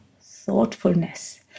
thoughtfulness